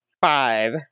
Five